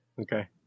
Okay